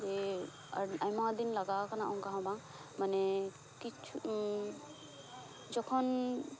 ᱡᱮ ᱟᱭᱢᱟ ᱫᱤᱱ ᱞᱟᱜᱟᱣ ᱟᱠᱟᱱᱟ ᱚᱱᱠᱟ ᱦᱚᱸ ᱵᱟᱝ ᱢᱟᱱᱮ ᱠᱤᱪᱩ ᱡᱚᱠᱷᱚᱱ